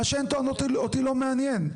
מה שהן טוענות אותי לא מעניין.